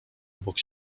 obok